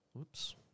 oops